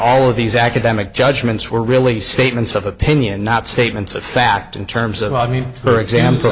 all of these academic judgments were really statements of opinion not statements of fact in terms of i mean for example